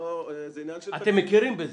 זה עניין של --- אתם מכירים בזה?